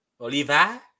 oliva